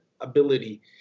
ability